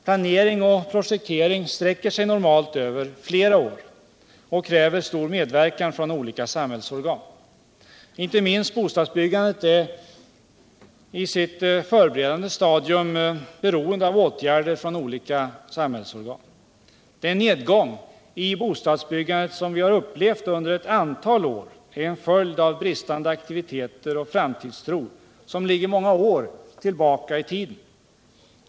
Planering och projektering sträcker sig normalt över flera år och kräver medverkan från olika samhällsorgan. Inte minst bostadsbyggandet är i sitt förberedande stadium beroende av åtgärder från olika samhällsorgan. Den nedgång i bostadsbyggandet som vi har upplevt under ett antal år är en följd av bristande aktivitet och framtidstro som ligger många år tillbaka i tiden.